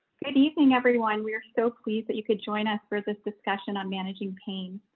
good evening everyone we are so pleased that you could join us for this discussion on managing pain.